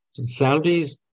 Salaries